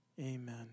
Amen